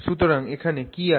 সুতরাং এখানে কি আছে